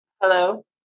Hello